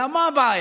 אלא מה הבעיה?